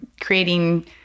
creating